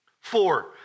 Four